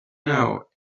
know